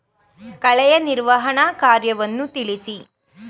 ಕಳೆಯ ನಿರ್ವಹಣಾ ಕಾರ್ಯವನ್ನು ತಿಳಿಸಿ?